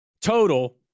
total